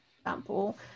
example